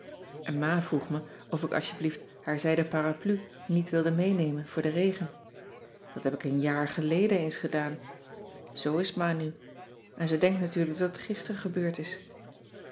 en ma vroeg me of ik asjeblieft haar zijden parapluie niet wilde meenemen voor den regen dat heb ik een jaar geleden eens gedaan zoo is ma nu en ze denkt natuurlijk dat het gister gebeurd is